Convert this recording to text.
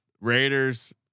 Raiders